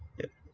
yup